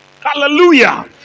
Hallelujah